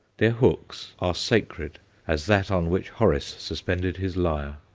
their hooks are sacred as that on which horace suspended his lyre.